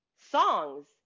songs